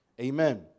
Amen